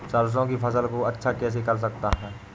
सरसो की फसल को अच्छा कैसे कर सकता हूँ?